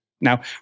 Now